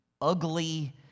ugly